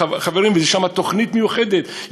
חברים, ויש שם תוכנית מיוחדת.